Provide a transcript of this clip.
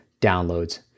downloads